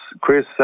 Chris